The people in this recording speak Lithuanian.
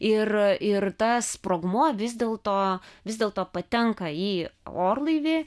ir ir tas sprogmuo vis dėl to vis dėl to patenka į orlaivį